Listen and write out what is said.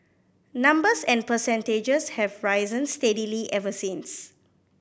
numbers and percentages have risen steadily ever since